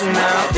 now